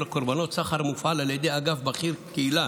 קורבנות סחר המופעל על ידי אגף בכיר קהילה